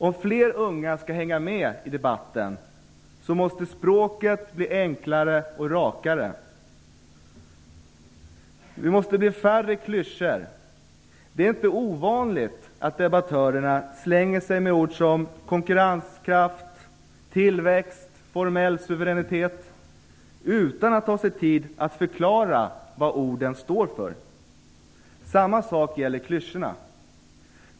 Om fler ungdomar skall hänga med i debatten, måste språket bli enklare och rakare. Det måste bli färre klyschor. Det är inte ovanligt att debattörerna svänger sig med ord som konkurrenskraft, tillväxt och formell suveränitet, utan att ta sig tid att förklara vad orden står för. Samma sak gäller klyschorna.